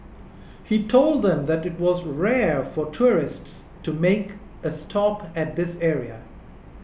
he told them that it was rare for tourists to make a stop at this area